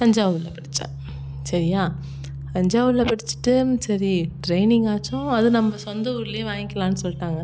தஞ்சாவூர்ல படித்தேன் சரியா தஞ்சாவூர்ல படித்திட்டு சரி ட்ரைனிங்காச்சும் அதை நம்ம சொந்த ஊர்ல வாங்கிக்கலாம்னு சொல்லிட்டாங்க